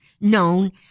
known